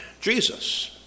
Jesus